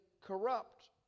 corrupt